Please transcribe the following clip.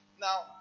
Now